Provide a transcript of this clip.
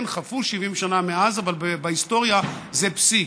כן, חלפו 70 שנה מאז, אבל בהיסטוריה זה פסיק.